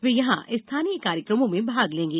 वे यहां स्थानीय कार्यक्रमों में भाग लेंगे